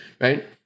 right